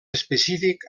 específic